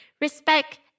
respect